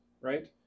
right